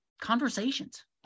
conversations